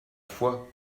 foi